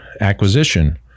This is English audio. acquisition